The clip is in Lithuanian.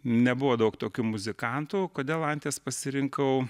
nebuvo daug tokių muzikantų kodėl anties pasirinkau